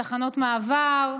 לתחנות מעבר,